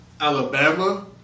Alabama